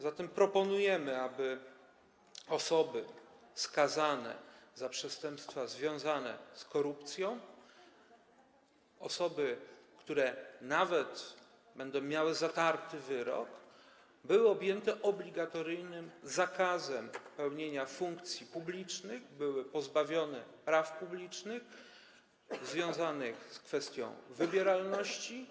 Zatem proponujemy, aby osoby skazane za przestępstwa związane z korupcją, osoby, które nawet będą miały zatarty wyrok, były objęte obligatoryjnym zakazem pełnienia funkcji publicznych, były pozbawione praw publicznych związanych z kwestią wybieralności.